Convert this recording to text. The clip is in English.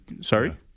Sorry